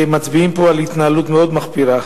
לצערנו מצביעים פה על התנהלות מאוד מחפירה